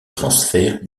transfert